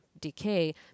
decay